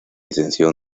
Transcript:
licenció